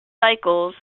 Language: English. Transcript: cycle